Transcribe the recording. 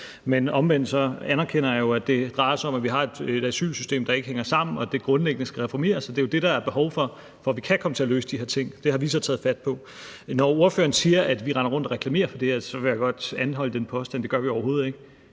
Men omvendt anerkender jeg jo, at det drejer sig om, at vi har et asylsystem, der ikke hænger sammen, og at det grundlæggende skal reformeres. Det er jo det, der er behov for, så vi kan komme til at løse de her ting. Det har vi så taget fat på. Når ordføreren siger, at vi render rundt og reklamerer for det her, så vil jeg godt anholde den påstand, for det gør vi overhovedet ikke.